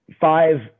Five